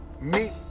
meet